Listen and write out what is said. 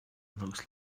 looks